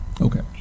Okay